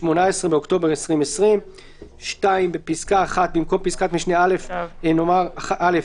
18 באוקטובר 2020. 2. בפסקה (1) במקום פסקת משנה (א) נאמר: א.